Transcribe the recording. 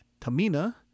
Tamina